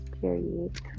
period